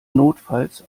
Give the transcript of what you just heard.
notfalls